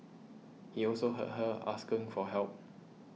he also heard her asking for help